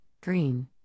Green